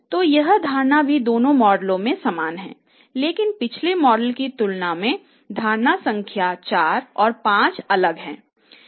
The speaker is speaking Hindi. तो यह धारणा भी दोनों मॉडलों में समान है लेकिन पिछले मॉडल की तुलना में धारणा संख्या 4 और 5 अलग हैं